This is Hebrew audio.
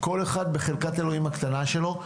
כל אחד בחלקת האלוהים הקטנה שלו.